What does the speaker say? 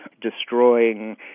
destroying